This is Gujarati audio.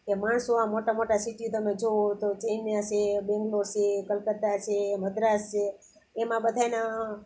કે માણસો આ મોટા મોટા સિટીઓ તમે જુઓ તો ચેન્નાઈ છે બેંગલોર સે કલકત્તા છે મદ્રાસ છે એમ આ બધાંયના